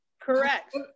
Correct